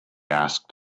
asked